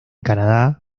canadá